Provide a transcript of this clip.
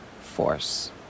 force